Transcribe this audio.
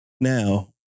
Now